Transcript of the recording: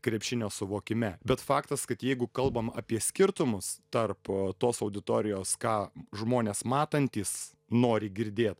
krepšinio suvokime bet faktas kad jeigu kalbam apie skirtumus tarp tos auditorijos ką žmonės matantys nori girdėt